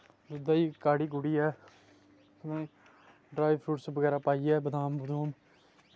दुध्दै ई काह्ड़ी कूड़ियै ड्राई फ्रूटस बगैरा पाइयै बदाम बदूम